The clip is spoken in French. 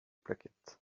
plaquette